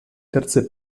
terze